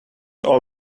all